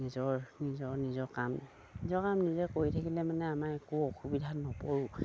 নিজৰ নিজৰ নিজৰ কাম নিজৰ কাম নিজে কৰি থাকিলে মানে আমাৰ একো অসুবিধা নোপোৰোঁ